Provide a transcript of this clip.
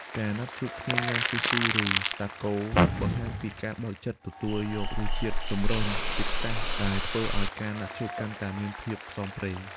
ការណាត់ជួបញ៉ាំ Sushi ឬ Taco បង្ហាញពីការបើកចិត្តទទួលយករសជាតិចម្រុះជាតិសាសន៍ ដែលធ្វើឱ្យការណាត់ជួបកាន់តែមានភាពផ្សងព្រេង។